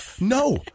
No